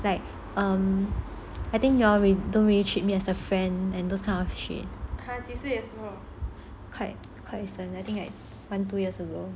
like um I think you all don't really treat me as a friend like those kind of shit quite recent like one two years ago